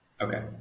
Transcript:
Okay